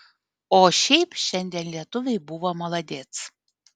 o šiaip šiandien lietuviai buvo maladėc